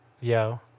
Yo